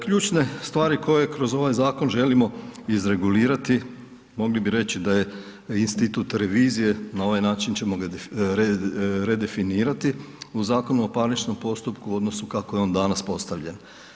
Ključne stvari koje kroz ovaj zakon želimo izregulirati mogli bi reći da je institut revizije na ovaj način ćemo ga redefinirati u Zakonu o parničnom postupku u odnosu kako je on danas postavljen.